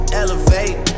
elevate